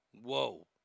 Whoa